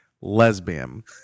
Lesbian